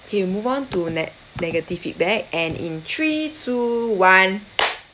okay move on to neg~ negative feedback and in three two one